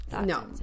no